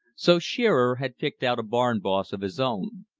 so shearer had picked out a barn-boss of his own.